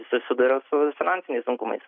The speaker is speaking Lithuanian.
susiduria su finansiniais sunkumais